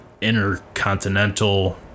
intercontinental